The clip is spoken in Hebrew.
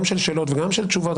גם של שאלות וגם של תשובות,